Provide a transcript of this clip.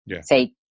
say